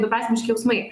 dviprasmiški jausmai